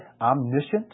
omniscient